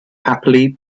happily